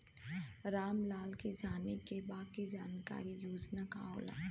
राम लाल के जाने के बा की सरकारी योजना का होला?